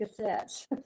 cassettes